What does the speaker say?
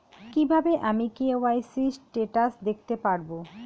কিভাবে আমি KYC status দেখতে পারবো?